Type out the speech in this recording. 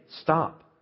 stop